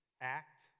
act